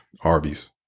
Arby's